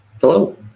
Hello